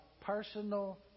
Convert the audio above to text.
personal